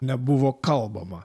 nebuvo kalbama